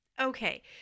Okay